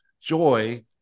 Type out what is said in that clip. joy